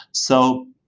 so,